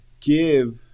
give